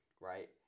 right